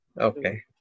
Okay